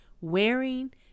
wearing